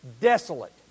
Desolate